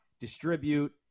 distribute